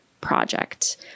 project